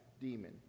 demon